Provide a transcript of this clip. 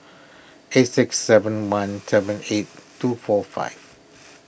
eight six seven one seven eight two four five